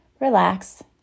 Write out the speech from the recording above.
relax